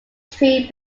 tree